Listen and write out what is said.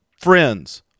friends